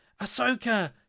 Ahsoka